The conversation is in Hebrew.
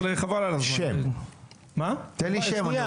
אבל חבל על הזמן --- תן לי שם,